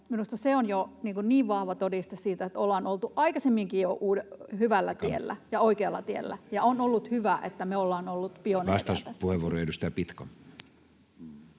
se on jo niin vahva todiste siitä, että ollaan oltu aikaisemminkin jo hyvällä tiellä ja oikealla tiellä, ja on ollut hyvä, että me ollaan ollut pioneereja tässä